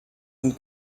sind